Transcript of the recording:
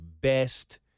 best